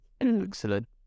excellent